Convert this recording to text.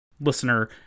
listener